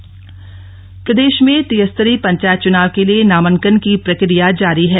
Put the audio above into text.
त्रिस्तरीय पंचायत चुनाव प्रदेश में त्रिस्तरीय पंचायत चुनाव के लिए नामांकन का प्रक्रिया जारी है